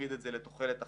שמצמיד את זה לתוחלת החיים,